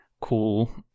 cool